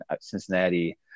cincinnati